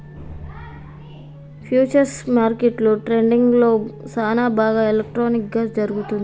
futures మార్కెట్లో ట్రేడింగ్లో సానాభాగం ఎలక్ట్రానిక్ గా జరుగుతుంది